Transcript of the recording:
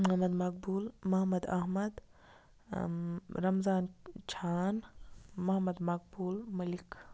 Mohammad Maqbool Mohammad Ahmad Ramzan Chhan Mohammad Maqbool Malik